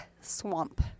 Swamp